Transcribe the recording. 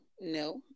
no